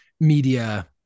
media